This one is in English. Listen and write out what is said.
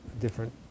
different